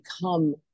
become